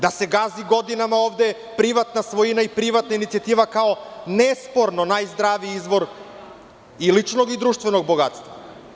Da se gazi godinama ovde privatna svojina i privatna inicijativa, kao nesporno najzdraviji izvor i ličnog i društvenog bogatstva.